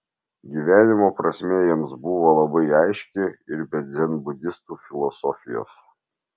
gyvenimo prasmė jiems buvo labai aiški ir be dzenbudistų filosofijos